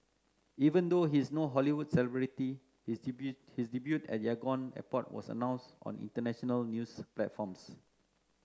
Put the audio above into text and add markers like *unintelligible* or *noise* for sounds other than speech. even though he is no Hollywood celebrity his *unintelligible* his debut at Yangon airport was announced on international news platforms